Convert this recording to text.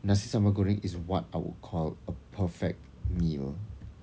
nasi sambal goreng is what I would call a perfect meal